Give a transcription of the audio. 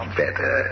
better